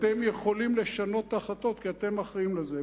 אתם יכולים לשנות החלטות, כי אתם אחראים לזה.